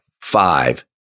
five